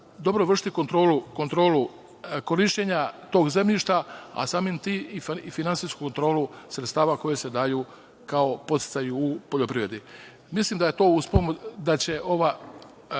dobro vršiti kontrolu korišćenja tog zemljišta, a samim tim i finansijsku kontrolu sredstava koja se daju kao podsticaj u poljoprivredi. Mislim da će sistem